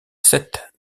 cette